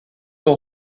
aux